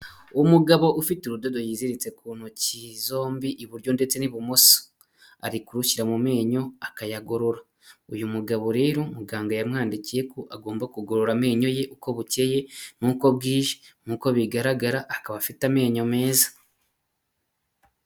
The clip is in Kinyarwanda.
Umugabo ufite urudo yiziritse ku ntoki zombi, iburyo ndetse n'ibumoso, ari kurushyira mu menyo akayagorora, uyu mugabo rero muganga yamwandikiye ko agomba kugorora amenyo ye uko bukeye n'uko bwije, nkuko bigaragara akaba afite amenyo meza.